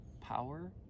Power